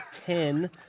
Ten